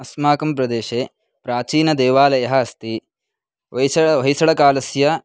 अस्माकं प्रदेशे प्राचीनदेवालयः अस्ति वैसळ होय्सळकालस्य